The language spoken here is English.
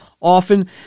often